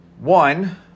one